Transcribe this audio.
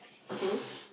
so